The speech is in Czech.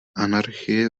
anarchie